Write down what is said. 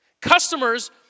Customers